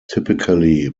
typically